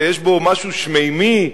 ויש בו משהו שמימי,